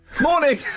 Morning